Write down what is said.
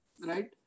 right